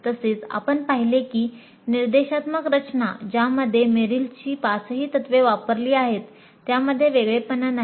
तसेच आपण पाहिले की निर्देशात्मक रचना ज्यामध्ये मेरिलच्या पाचही तत्वे वापरली आहेत त्यामध्ये वेगळेपणा नाही